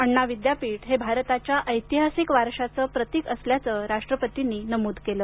अण्णा विद्यापीठ हे भारताच्या ऐतिहासिक वारशाचं प्रतीक असल्याचं राष्ट्रपतींनी नमूद केलं